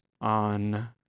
on